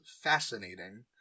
fascinating